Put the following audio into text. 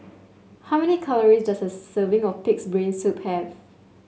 how many calories does a serving of pig's brain soup have